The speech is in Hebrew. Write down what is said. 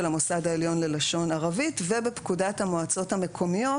המוסד העליון ללשון ערבית ובפקודת המועצות המקומיות,